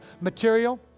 material